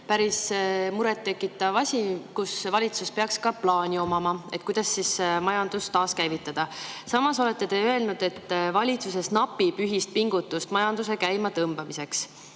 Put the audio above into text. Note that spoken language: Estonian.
päris muret tekitav asi ja valitsusel peaks olema plaan, kuidas majandust taaskäivitada. Samas olete te öelnud, et valitsuses napib ühist pingutust majanduse käimatõmbamiseks.